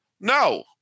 No